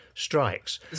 strikes